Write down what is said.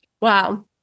Wow